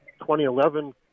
2011